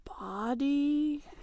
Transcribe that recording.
body